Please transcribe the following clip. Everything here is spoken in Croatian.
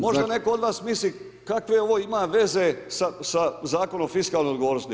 Možda netko od vas misli kakve ovo ima veze sa Zakonom o fiskalnoj odgovornosti.